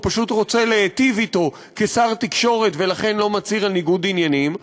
פשוט רוצה להיטיב אתו כשר התקשורת ולכן לא מצהיר על ניגוד עניינים,